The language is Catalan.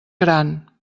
gran